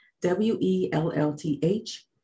W-E-L-L-T-H